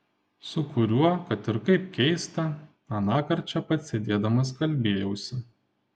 su kuriuo kad ir kaip keista anąkart čia pat sėdėdamas kalbėjausi